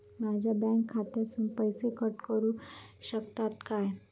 माझ्या बँक खात्यासून पैसे कट करुक शकतात काय?